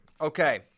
okay